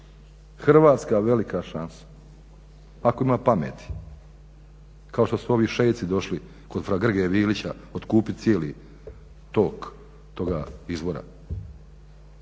Hrvatska velika šansa ako ima pameti, kao što su ovi šejici došli kod fra Grge Vilića otkupiti cijeli tok toga izvora.